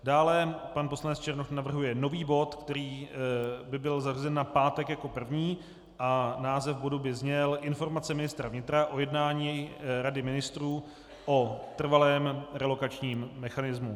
Dále pan poslanec Černoch navrhuje nový bod, který by byl zařazen na pátek jako první, a název bodu by zněl Informace ministra vnitra o jednání Rady ministrů o trvalém relokačním mechanismu.